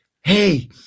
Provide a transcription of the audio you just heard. hey